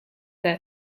their